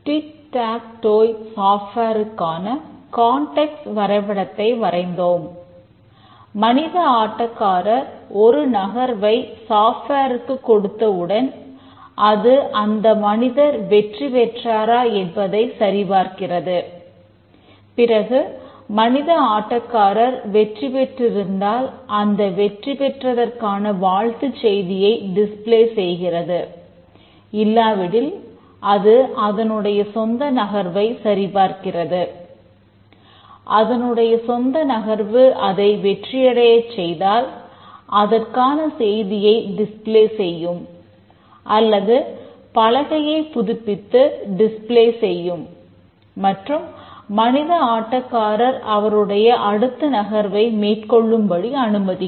tick tac toe செய்யும் மற்றும் மனித ஆட்டக்காரர் அவருடைய அடுத்த நகர்வை மேற்கொள்ளும்படி அனுமதிக்கும்